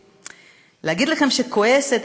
להגיד לכם שאני כועסת,